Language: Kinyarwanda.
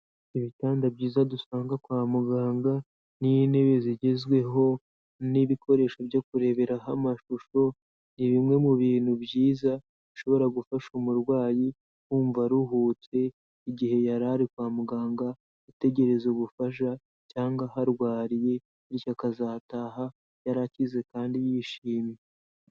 Ibitanda byiza dusanga kwa muganga n'intebe zigezweho n'ibikoresho byo kureberaho amashusho, ni bimwe mu bintu byiza ushobora gufasha umurwayi kumva aruhutse igihe yara ari kwa muganga utegereza ubufasha cyangwa aharwariye bityo akazataha yarakize kandi yishimye.